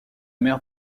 mer